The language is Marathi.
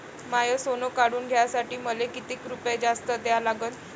माय सोनं काढून घ्यासाठी मले कितीक रुपये जास्त द्या लागन?